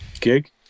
Gig